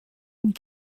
and